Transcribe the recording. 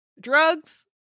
drugs